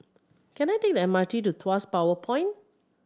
can I take the M R T to Tuas Power Point